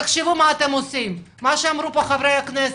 תחשבו מה אתם עושים לגבי מה שנאמר על ידי חברי הכנסת,